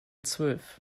zwölf